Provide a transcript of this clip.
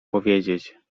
powiedzieć